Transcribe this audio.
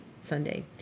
Sunday